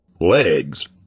legs